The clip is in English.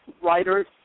Writers